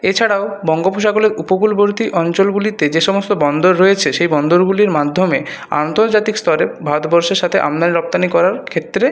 এছাড়াও বঙ্গোপসাগরের উপকূলবর্তী অঞ্চলগুলিতে যেসমস্ত বন্দর রয়েছে সেই বন্দরগুলির মাধ্যমে আন্তর্জাতিক স্তরে ভারতবর্ষের সাথে আমদানি রপ্তানি করার ক্ষেত্রে